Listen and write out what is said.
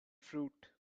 fruit